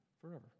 forever